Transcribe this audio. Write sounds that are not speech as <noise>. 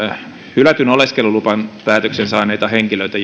hylätyn oleskelulupapäätöksen saaneita henkilöitä <unintelligible>